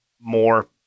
more –